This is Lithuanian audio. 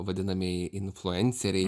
vadinamieji influenceriai